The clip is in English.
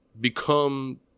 become